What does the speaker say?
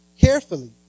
carefully